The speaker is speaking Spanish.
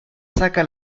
saca